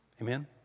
Amen